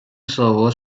servers